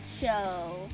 Show